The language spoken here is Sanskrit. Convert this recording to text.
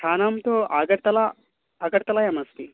स्थानं तु अगर्तला अगर्तलायाम् अस्ति